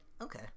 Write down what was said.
Okay